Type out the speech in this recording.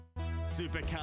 Supercar